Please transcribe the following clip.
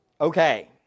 Okay